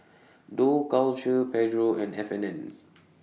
Dough Culture Pedro and F and N